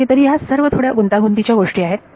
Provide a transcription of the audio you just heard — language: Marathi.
ओके तरी हा सर्व थोड्या गुंतागुंतीच्या गोष्टी आहेत